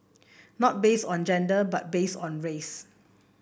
not based on gender but based on race